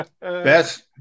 Best